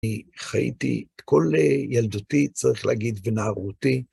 אני חייתי, כל ילדותי, צריך להגיד, ונערותי,